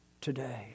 today